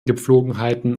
gepflogenheiten